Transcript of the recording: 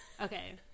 Okay